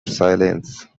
silence